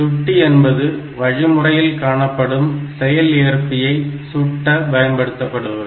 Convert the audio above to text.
சுட்டி என்பது வழிமுறையில் காணப்படும் செயல்ஏற்பியை சுட்ட பயன்படுத்தப்படுபவை